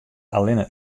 allinne